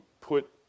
put